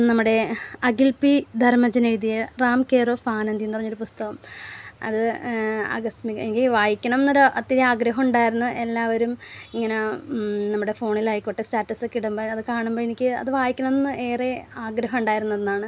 നമ്മുടെ അഖിൽ പി ധർമ്മജനെഴുതിയ Ram care of ആനന്ദെന്ന് പറഞ്ഞൊരു പുസ്തകം അത് ആകസ്മികം എനിക്ക് വായിക്കണമെന്നൊരു ഒത്തിരി ആഗ്രഹമുണ്ടായിരുന്നു എല്ലാവരും ഇങ്ങനെ നമ്മുടെ ഫോണിലായിക്കോട്ടെ സ്റ്റാറ്റസ്സൊക്കെ ഇടുമ്പം അത് കാണുമ്പോഴെനിക്ക് അത് വായിക്കണമെന്ന് ഏറെ ആഗ്രഹമുണ്ടായിരുന്ന ഒന്നാണ്